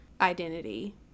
identity